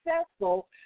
successful